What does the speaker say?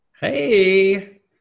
Hey